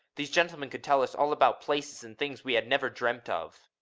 these gentlemen could tell us all about places and things we had never dreamt of.